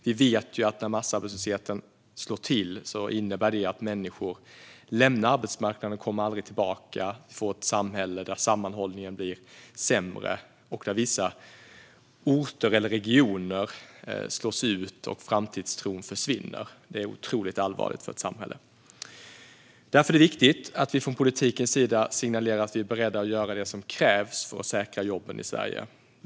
Vi vet att när massarbetslöshet slår till innebär det att människor lämnar arbetsmarknaden för att aldrig komma tillbaka och att vi får ett samhälle där sammanhållningen blir sämre och där vissa orter och regioner slås ut och framtidstron försvinner. Detta är otroligt allvarligt för ett samhälle. Det är därför viktigt att vi från politikens sida signalerar att vi är beredda att göra det som krävs för att säkra jobben i Sverige.